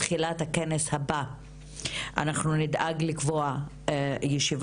בתחילת המושב הבא של הכנסת אנחנו נדאג לקבוע ישיבה